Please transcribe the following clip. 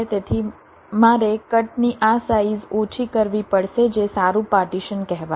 તેથી મારે કટની આ સાઈઝ ઓછી કરવી પડશે જે સારું પાર્ટીશન કહેવાશે